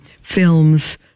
films